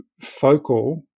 focal